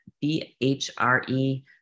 B-H-R-E